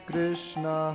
Krishna